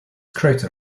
crater